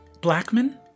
Blackman